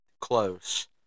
close